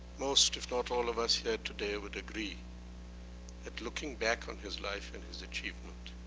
most, if not all of us here today would agree that looking back on his life and his achievement,